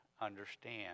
understand